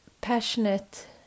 passionate